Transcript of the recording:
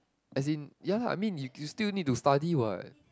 as in ya I mean you you still need to study what